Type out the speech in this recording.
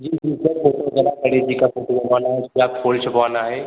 फूल छपवाना है